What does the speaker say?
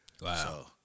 Wow